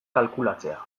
kalkulatzea